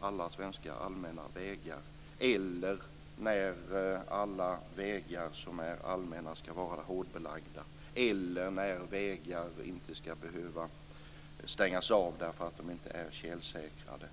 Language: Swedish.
alla svenska allmänna vägar eller när alla vägar som är allmänna skall vara hårdbelagda eller när vägar inte skall behöva stängas av för att de inte är tjälsäkrade.